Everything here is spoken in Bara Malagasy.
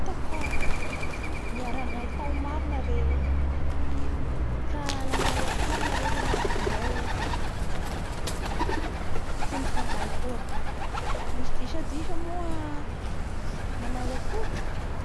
Hitako fa niara nianatsy hanareo omaly ka te hanotany iahao zany hoe nanao akory ny fianara, ino ny raha hay da vita zay ny enti-mody nampanaovin'ny mpampianatry anareo?